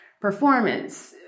performance